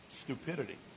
Stupidity